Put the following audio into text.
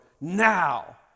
now